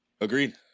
Agreed